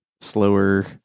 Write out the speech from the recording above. slower